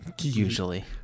Usually